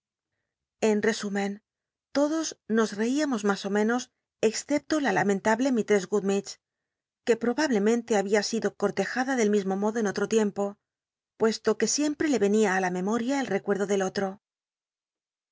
en rcsúmen todos nos reíamos mas o menos excepto la lamentable mistess gummidge que p obablemenle habia sido cortejada del mismo modo en olro tiempo puesto que sicmptc le cnia á la memoria el recuerdo del otro